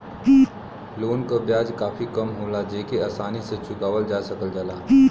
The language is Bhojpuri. लोन क ब्याज काफी कम होला जेके आसानी से चुकावल जा सकल जाला